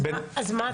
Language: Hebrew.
אז מה אתה שואל?